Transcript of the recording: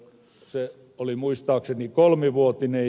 se oli muistaakseni kolmivuotinen